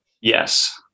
Yes